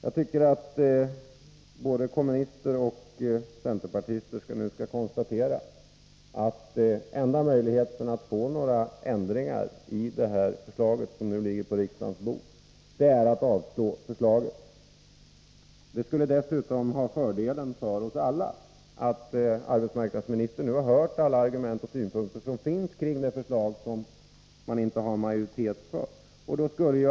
Jag tycker att både kommunister och centerpartister nu skall konstatera att enda möjligheten att få några ändringar i det förslag som ligger på riksdagens bord är att avslå förslaget. Det skulle innebära fördelar för oss alla. Arbetsmarknadsministern har nu hört alla de argument och synpunkter som finns i fråga om detta förslag som regeringen inte har majoritet för.